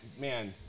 man